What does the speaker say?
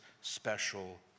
special